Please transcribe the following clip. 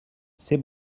c’est